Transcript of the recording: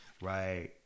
right